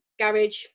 garage